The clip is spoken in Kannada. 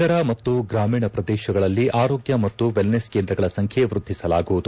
ನಗರ ಮತ್ತು ಗ್ರಾಮೀಣ ಪ್ರದೇಶಗಳಲ್ಲಿ ಆರೋಗ್ಯ ಮತ್ತು ವೆಲ್ನೆಸ್ ಕೇಂದ್ರಗಳ ಸಂಚ್ಯೆ ವೃದ್ಧಿಸಲಾಗುವುದು